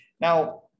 Now